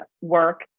work